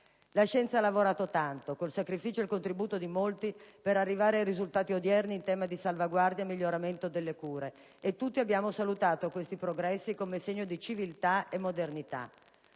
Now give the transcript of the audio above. La scienza ha lavorato tanto, con il sacrificio ed il contributo di molti, per arrivare ai risultati odierni in tema di salvaguardia e miglioramento delle cure, e tutti abbiamo salutato questi progressi come segno di civiltà e di modernità.